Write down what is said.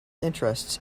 interests